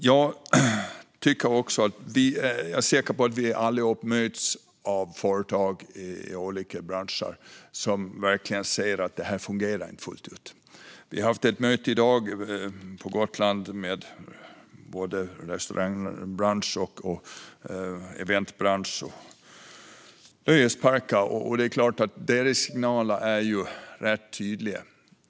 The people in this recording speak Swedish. Jag är säker på att vi alla möts av företag i olika branscher som säger: Det här fungerar inte fullt ut. Vi har i dag haft ett möte med såväl restaurangbransch och eventbransch som nöjesparker på Gotland. Deras signaler är ganska tydliga.